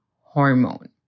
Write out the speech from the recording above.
hormone